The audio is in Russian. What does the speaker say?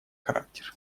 характер